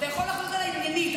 אתה יכול לחלוק עליי עניינית.